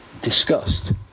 discussed